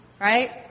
right